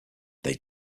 they